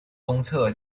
东侧